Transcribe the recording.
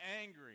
angry